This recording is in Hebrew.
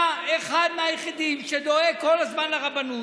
אתה אחד מהיחידים שדואג כל הזמן לרבנות.